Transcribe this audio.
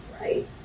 right